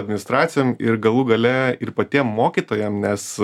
administracijom ir galų gale ir patiem mokytojam nes